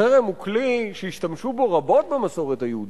חרם הוא כלי שהשתמשו בו רבות במסורת היהודית.